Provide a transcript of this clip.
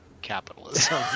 capitalism